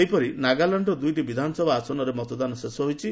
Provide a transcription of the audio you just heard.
ସେହିପରି ନାଗାଲାଣ୍ଡର ଦୁଇଟି ବିଧାନସଭା ଆସନରେ ମତଦାନ ଶେଷ ହୋଇଛି